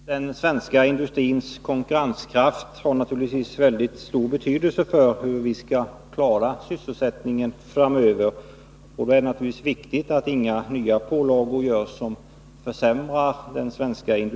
Fru talman! Den svenska industrins konkurrenskraft har naturligtvis mycket stor betydelse för hur vi skall kunna klara sysselsättningen framöver, och då är det givetvis viktigt att inga nya pålagor införs som försämrar konkurrenskraften.